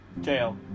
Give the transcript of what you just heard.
Jail